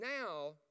now